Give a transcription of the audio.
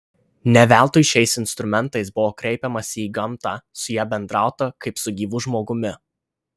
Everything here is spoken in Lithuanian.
ne veltui šiais instrumentais buvo kreipiamasi į gamtą su ja bendrauta kaip su gyvu žmogumi